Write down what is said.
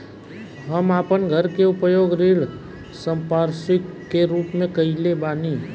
हम आपन घर के उपयोग ऋण संपार्श्विक के रूप में कइले बानी